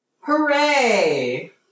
Hooray